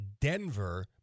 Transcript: Denver